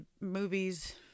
movies